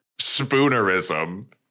Spoonerism